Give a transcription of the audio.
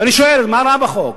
ואני שואל, מה רע בחוק?